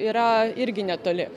yra irgi netoli